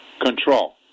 Control